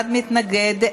אחד מתנגד,